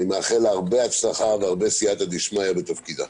אני מאחל לה הרבה הצלחה והרבה סיעתא דשמיא בתפקידה.